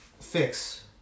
fix